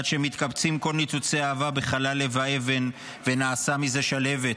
עד שמתקבצים כל ניצוצי האהבה בחלל לב האבן ונעשה מזה שלהבת".